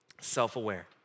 self-aware